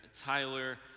Tyler